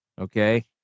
Okay